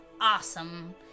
awesome